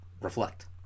Reflect